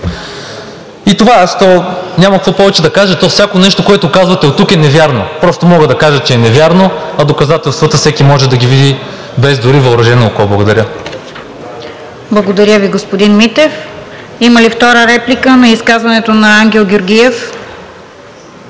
Това е. Аз няма какво повече да кажа. То всяко нещо, което казвате оттук, е невярно. Просто мога да кажа, че е невярно, а доказателствата всеки може да ги види дори без въоръжено око. Благодаря. ПРЕДСЕДАТЕЛ РОСИЦА КИРОВА: Благодаря Ви, господин Митев. Има ли втора реплика на изказването на Ангел Георгиев?